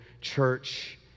church